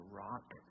rock